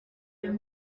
uyu